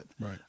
right